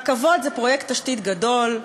רכבות זה פרויקט תשתית גדול,